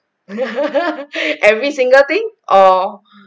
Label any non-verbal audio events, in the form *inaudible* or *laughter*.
*laughs* every single thing or